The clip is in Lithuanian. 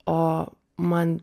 o man